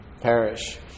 perish